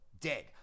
dead